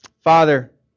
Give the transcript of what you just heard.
Father